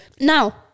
Now